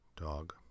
dog